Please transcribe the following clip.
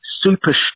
super